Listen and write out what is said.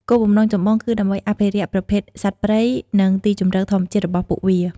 គោលបំណងចម្បងគឺដើម្បី អភិរក្សប្រភេទសត្វព្រៃ និង ទីជម្រកធម្មជាតិ របស់ពួកវា។